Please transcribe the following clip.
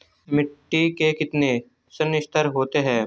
मिट्टी के कितने संस्तर होते हैं?